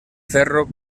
ferro